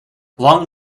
long